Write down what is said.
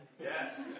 Yes